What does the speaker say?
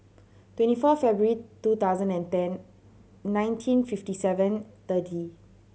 twenty four February two thousand and ten nineteen fifty seven thirty